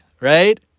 right